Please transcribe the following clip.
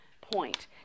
point